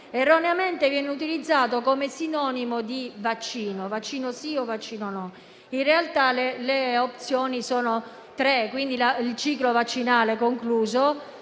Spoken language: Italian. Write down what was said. Erroneamente viene utilizzato come sinonimo di vaccino: vaccino sì o vaccino no. In realtà, le opzioni sono tre: aver concluso il ciclo vaccinale;